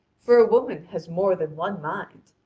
for a woman has more than one mind.